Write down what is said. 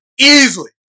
Easily